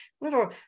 little